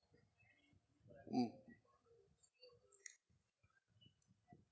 mm